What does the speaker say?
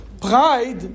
Pride